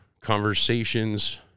conversations